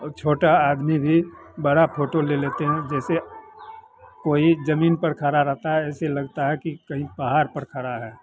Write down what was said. और छोटा आदमी भी बड़ा फोटो ले लेते हैं जैसे कोई जमीन पर खरा रहता है ऐसे लगता है कि कहीं पहाड़ पर खड़ा है